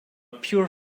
pure